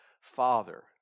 Father